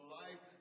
life